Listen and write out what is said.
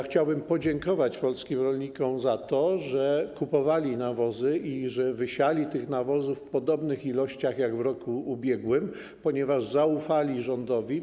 Chciałbym podziękować polskim rolnikom za to, że kupowali nawozy i że wysiali te nawozy w podobnych ilościach jak w roku ubiegłym, ponieważ zaufali rządowi.